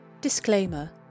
Disclaimer